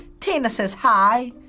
tina says hi.